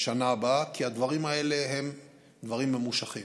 השנה הבאה, כי הדברים האלה הם דברים ממושכים.